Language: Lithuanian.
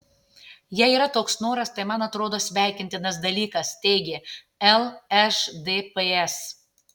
jei yra toks noras tai man atrodo sveikintinas dalykas teigė lšdps